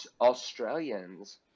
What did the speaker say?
Australians